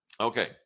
Okay